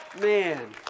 man